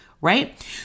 Right